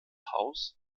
haus